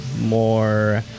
more